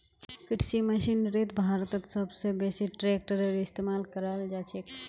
कृषि मशीनरीत भारतत सब स बेसी ट्रेक्टरेर इस्तेमाल कराल जाछेक